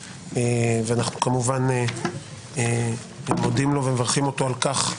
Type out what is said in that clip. ואנחנו כמובן מודים לו ומברכים אותו על כך.